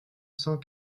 cent